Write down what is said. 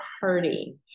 hurting